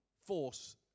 force